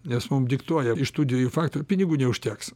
nes mum diktuoja iš tų dviejų faktorių pinigų neužteks